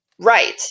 right